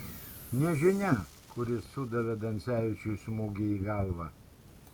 nežinia kuris sudavė dansevičiui smūgį į galvą